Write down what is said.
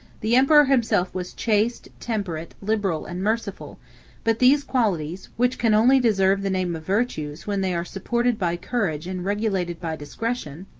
the emperor himself was chaste, temperate, liberal, and merciful but these qualities, which can only deserve the name of virtues when they are supported by courage and regulated by discretion,